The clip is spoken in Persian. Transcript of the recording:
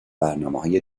برنامههای